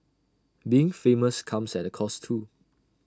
being famous comes at A cost too